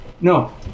No